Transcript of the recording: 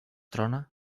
trona